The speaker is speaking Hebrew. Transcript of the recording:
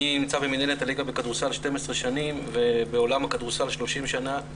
אני נמצא בליגת העל בכדורסל 12 שנים ובעולם הכדורסל 30 שנים.